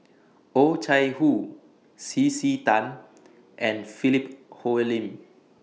Oh Chai Hoo C C Tan and Philip Hoalim